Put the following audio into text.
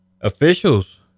officials